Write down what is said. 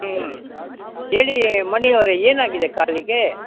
ಹ್ಞೂ ಹೇಳಿ ಮಣಿಯವರೆ ಏನಾಗಿದೆ ಕಾಲಿಗೆ